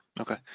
Okay